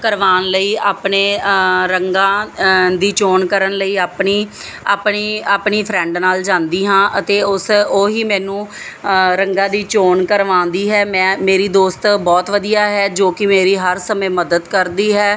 ਕਰਵਾਉਣ ਲਈ ਆਪਣੇ ਰੰਗਾਂ ਦੀ ਚੋਣ ਕਰਨ ਲਈ ਆਪਣੀ ਆਪਣੀ ਆਪਣੀ ਫਰੈਂਡ ਨਾਲ ਜਾਂਦੀ ਹਾਂ ਅਤੇ ਉਸ ਉਹ ਹੀ ਮੈਨੂੰ ਰੰਗਾਂ ਦੀ ਚੋਣ ਕਰਵਾਉਂਦੀ ਹੈ ਮੈਂ ਮੇਰੀ ਦੋਸਤ ਬਹੁਤ ਵਧੀਆ ਹੈ ਜੋ ਕਿ ਮੇਰੀ ਹਰ ਸਮੇਂ ਮਦਦ ਕਰਦੀ ਹੈ